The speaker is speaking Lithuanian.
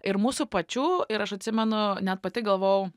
ir mūsų pačių ir aš atsimenu net pati galvojau